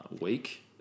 week